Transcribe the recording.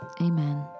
Amen